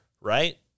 right